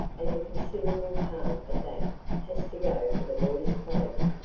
and a considerable part of that has to go for the boy's clothing,